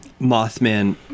Mothman